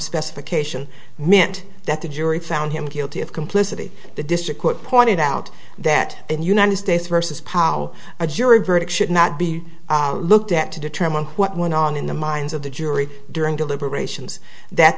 specification meant that the jury found him guilty of complicity the district court pointed out that and united states versus powell a jury verdict should not be looked at to determine what went on in the minds of the jury during deliberations that